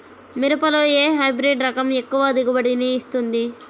మిరపలో ఏ హైబ్రిడ్ రకం ఎక్కువ దిగుబడిని ఇస్తుంది?